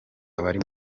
abari